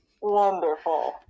Wonderful